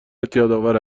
اعتیادآور